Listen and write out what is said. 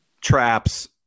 Traps